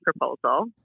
proposal